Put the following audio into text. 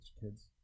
kids